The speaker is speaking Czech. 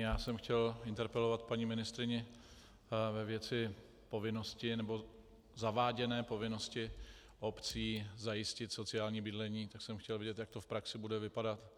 Já jsem chtěl interpelovat paní ministryni ve věci povinnosti, nebo zaváděné povinnosti obcí zajistit sociální bydlení, tak jsem chtěl vědět, jak to v praxi bude vypadat.